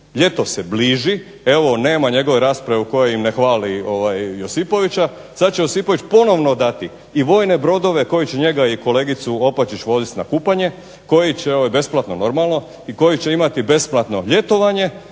Ljeto se bliže, evo nema njegove rasprave u kojoj ne hvali Josipovića, sada će Josipović ponovno dati i vojne brodove koji će njega i kolegicu Opačić voziti na kupanje besplatno normalno i koji će imati besplatno ljetovanje.